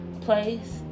place